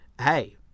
hey